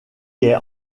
est